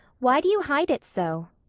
why do you hide it so?